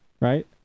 right